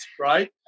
right